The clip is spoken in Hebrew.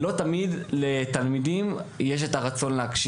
לא תמיד תלמיד רוצה להקשיב.